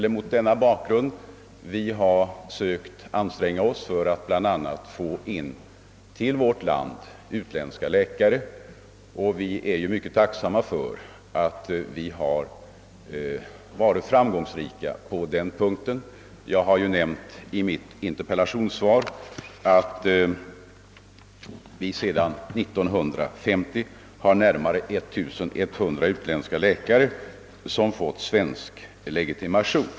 Mot denna bakgrund har vi ansträngt oss för att få hit utländska läkare, och vi är mycket tacksamma för att vi har varit framgångsrika i det avseendet. Jag har i mitt interpellationssvar nämnt att sedan 1950 har närmare 1 100 utländska läkare fått svensk legitimation.